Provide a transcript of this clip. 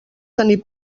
tenir